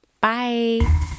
Bye